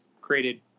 created